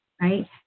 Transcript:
right